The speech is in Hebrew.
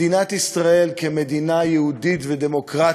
מדינת ישראל, כמדינה יהודית ודמוקרטית,